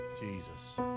Jesus